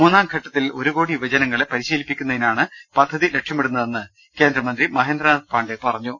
മൂന്നാം ഘട്ടത്തിൽ ഒരു കോടി യുവജനങ്ങളെ പരിശീലിപ്പിക്കുന്നതിനാണ് പദ്ധതി ലക്ഷ്യമിടു ന്നതെന്ന് കേന്ദ്രമന്ത്രി മഹേന്ദ്രനാഥ് പാണ്ഡെ പറഞ്ഞു